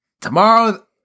Tomorrow